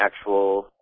actual